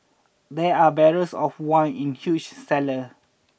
there are barrels of wine in huge cellar